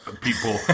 people